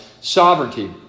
sovereignty